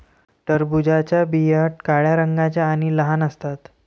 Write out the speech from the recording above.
टरबूजाच्या बिया काळ्या रंगाच्या आणि लहान असतात